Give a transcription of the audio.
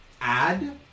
add